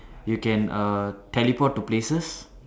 you can err teleport to places